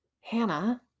Hannah